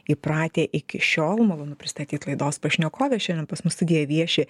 įpratę iki šiol malonu pristatyt laidos pašnekovę šiandien pas mus studijoj vieši